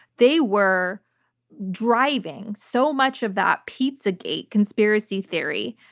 they were driving so much of that pizzagate conspiracy theory,